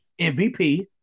MVP